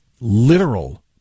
literal